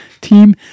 team